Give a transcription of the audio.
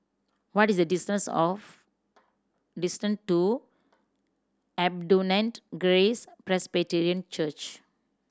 what is the distance of distance to Abundant Grace Presbyterian Church